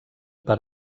per